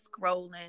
scrolling